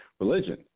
religion